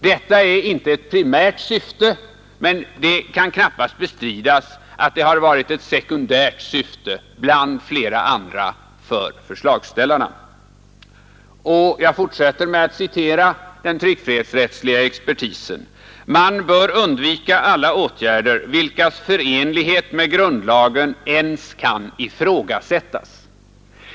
Detta är inte ett primärt syfte, men det kan knappast bestridas att det har varit ett sekundärt syfte bland flera andra för förslagsställarna. Den tryckfrihetsrättsliga experten framhåller vidare att man bör undvika alla åtgärder, vilkas förenlighet med grundlagen ens kan ifrågasättas.